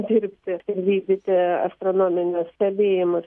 dirbti ir vykdyti astronominius stebėjimus